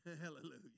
Hallelujah